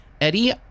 Eddie